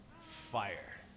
fire